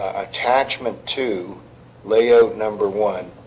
attachment to layout number one